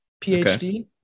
PhD